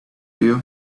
you